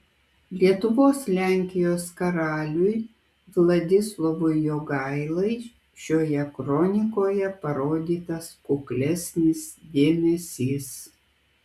lietuvos lenkijos karaliui vladislovui jogailai šioje kronikoje parodytas kuklesnis dėmesys